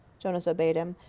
jonas obeyed him.